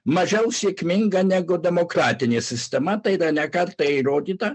mažiau sėkminga negu demokratinė sistema tai dar ne kartą įrodyta